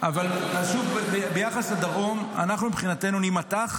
אבל שוב, ביחס לדרום אנחנו מבחינתנו נימתח